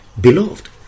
Beloved